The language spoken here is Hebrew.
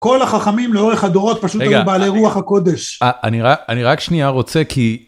כל החכמים לאורך הדורות פשוט היו בעלי רוח הקודש. אני רק שנייה רוצה כי...